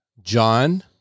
john